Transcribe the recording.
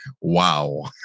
wow